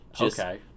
Okay